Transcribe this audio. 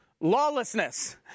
lawlessness